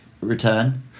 return